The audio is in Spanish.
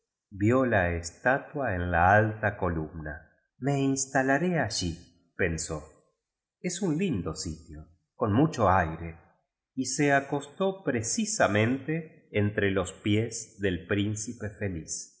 a estatua en la alta columna r me instalaré alh pensó es un lindo sitio con mucho aire y m acostó precisamente entre los píetí dd príncipe feliz